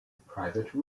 private